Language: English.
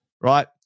right